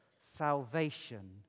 Salvation